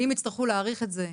ואם יצטרכו להאריך את זה,